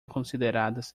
consideradas